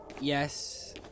Yes